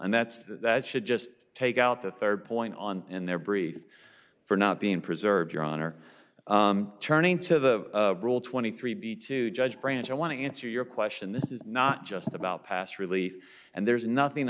and that's that should just take out the third point on in their brief for not being preserved your honor turning to the rule twenty three b two judge branch i want to answer your question this is not just about past relief and there's nothing